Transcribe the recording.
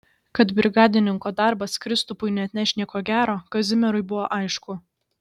kad brigadininko darbas kristupui neatneš nieko gero kazimierui buvo aišku